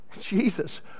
Jesus